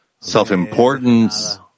self-importance